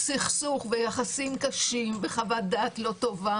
סכסוך, יחסים קשים וחוות דעת לא טובה